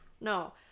no